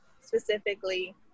specifically